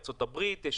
ארצות הברית,